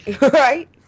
Right